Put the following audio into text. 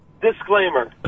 disclaimer